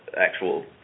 actual